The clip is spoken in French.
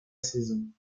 saison